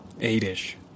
Eight-ish